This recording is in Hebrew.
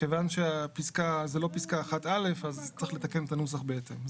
כיוון שזה לא פסקה 1א אז צריך לתקן את הנוסח בהתאם.